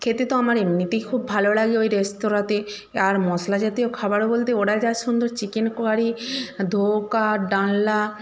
খেতে তো আমার এমনিতেই খুব ভালো লাগে ওই রেস্তোরাঁতে আর মশলা জাতীয় খাবার বলতে ওরা যা সুন্দর চিকেন কারি ধোকার ডালনা